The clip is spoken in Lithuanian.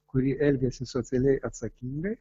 kuri elgiasi socialiai atsakingai